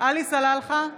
עלי סלאלחה,